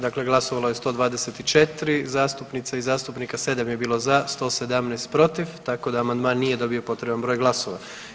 Dakle, glasovalo je 124 zastupnice i zastupnika, 7 je bilo za, 117 protiv, tako da amandman nije dobio potreban broj glasova.